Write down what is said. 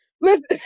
Listen